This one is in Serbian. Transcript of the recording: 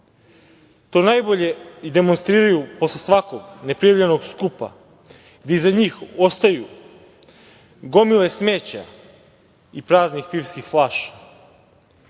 To najbolje demonstriraju posle svakog ne prijavljenog skupa gde iza njih ostaju gomile smeća i praznih pivskih flaša.I,